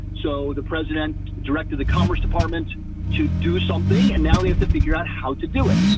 so the president directed the commerce department to do something and now they have to figure out how to do it.